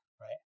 right